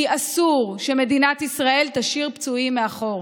כי אסור שמדינת ישראל תשאיר פצועים מאחור.